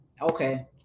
Okay